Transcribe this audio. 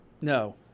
No